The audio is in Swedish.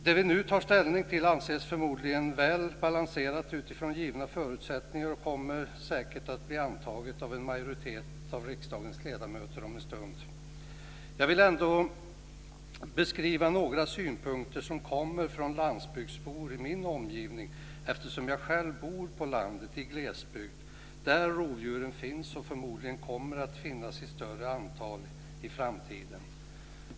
Det vi nu tar ställning till anses förmodligen väl balanserat utifrån givna förutsättningar och kommer säkert att om en stund bli antaget av en majoritet av riksdagens ledamöter. Jag vill ändå beskriva några synpunkter som kommer från landsbygdsbor i min omgivning, eftersom jag själv bor på landet, i glesbygd, där rovdjuren finns och förmodligen kommer att finnas i större antal i framtiden.